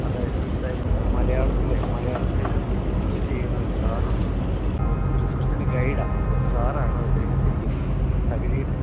അതായ അതായത് മലയാളത്തിലെ മലയാളത്തിലെ ഒരു റിസർച്ച് ചെയ്യുന്ന ഒരു സാറുണ്ട് അപ്പം ഇതു റിസർച്ചിൻ്റെ ഗൈഡാണ് അപ്പം സാറാണ് ഇതെടുത്തിരിക്കുന്നത് തകഴിയുടെ